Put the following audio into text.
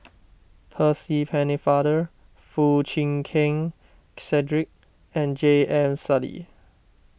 Percy Pennefather Foo Chee Keng Cedric and J M Sali